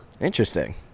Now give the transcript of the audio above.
Interesting